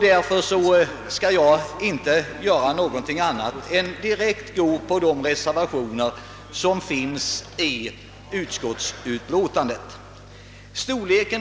Därför skall jag inte göra någonting annat än att direkt beröra de reservationer som fogats till utskottsutlåtandet.